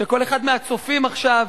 שכל אחד מהצופים עכשיו,